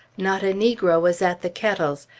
not a negro was at the kettles,